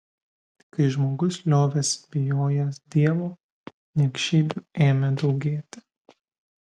kai žmogus liovėsi bijojęs dievo niekšybių ėmė daugėti